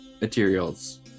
materials